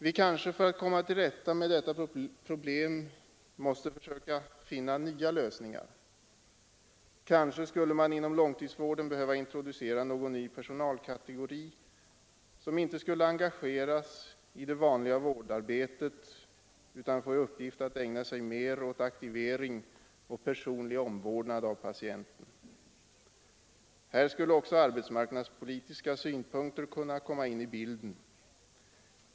Vi kanske för att komma till rätta med detta problem måste försöka finna nya lösningar. Kanske skulle man inom långtidsvården behöva introducera någon ny personalkategori, som inte skulle engageras i det vanlig vårdarbetet, utan få i uppgift att ägna sig mer åt aktivering och personlig omvårdnad av patienten. Här skulle också arbetsmarknadspolitiska synpunkter kunna komma in i bilden.